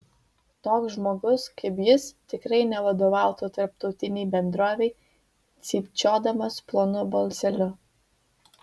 toks žmogus kaip jis tikrai nevadovautų tarptautinei bendrovei cypčiodamas plonu balseliu